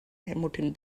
hamilton